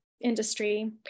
industry